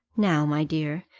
now, my dear,